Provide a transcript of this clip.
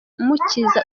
mukiza